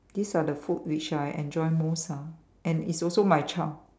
these are the food which I enjoy most ah and is also my child